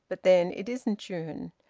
but then it isn't june.